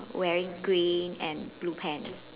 wearing green and blue pant